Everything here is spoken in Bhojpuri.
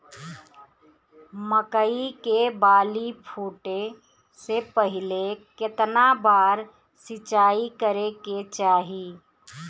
मकई के बाली फूटे से पहिले केतना बार सिंचाई करे के चाही?